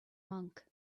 monk